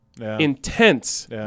intense